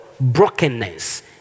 brokenness